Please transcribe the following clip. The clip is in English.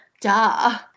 Duh